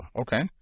Okay